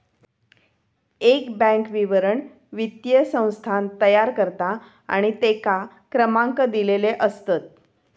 एक बॅन्क विवरण वित्तीय संस्थान तयार करता आणि तेंका क्रमांक दिलेले असतत